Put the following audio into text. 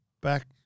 back